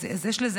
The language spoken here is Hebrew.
אז יש לזה